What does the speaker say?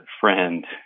friend